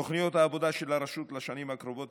תוכניות העבודה של הרשות לשנים הקרובות